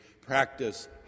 Practice